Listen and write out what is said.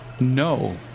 no